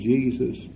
Jesus